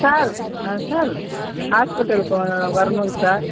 sir sir ஹாஸ்பிட்டலுக்கு வர்ணும் sir